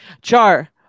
char